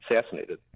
assassinated